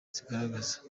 zigaragaza